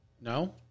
no